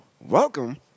Welcome